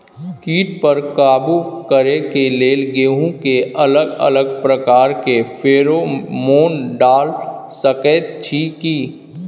कीट पर काबू करे के लेल गेहूं के अलग अलग प्रकार के फेरोमोन डाल सकेत छी की?